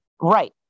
Right